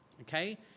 okay